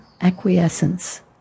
acquiescence